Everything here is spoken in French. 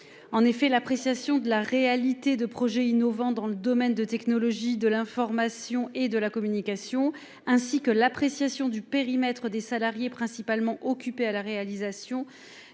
L'appréciation de la réalité des « projets innovants dans le domaine des technologies de l'information et de la communication », ainsi que du périmètre des « salariés principalement occupés à la réalisation